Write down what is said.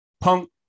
Punk